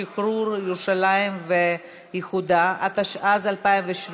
שחרור ירושלים ואיחודה, התשע"ז 2017,